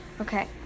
Okay